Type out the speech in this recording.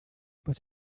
but